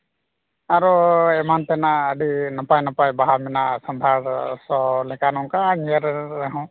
ᱟᱨᱚ ᱮᱢᱟᱱᱛᱮᱱᱟᱜ ᱟᱹᱰᱤ ᱱᱟᱯᱟᱭ ᱱᱟᱯᱟᱭ ᱵᱟᱦᱟ ᱢᱮᱱᱟᱜᱼᱟ ᱥᱚᱫᱷᱟᱲ ᱥᱚ ᱞᱮᱠᱟ ᱱᱚᱝᱠᱟ ᱧᱮᱞ ᱨᱮᱦᱚᱸ